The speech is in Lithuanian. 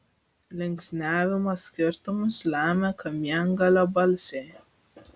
linksniavimo skirtumus lemia kamiengalio balsiai